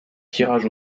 tirage